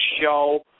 show